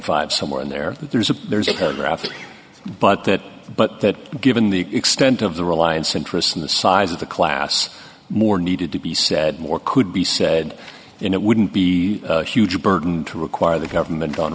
dollars somewhere in there there's a there's a good graphics but that but that given the extent of the reliance interest in the size of the class more needed to be said more could be said and it wouldn't be a huge burden to require the government on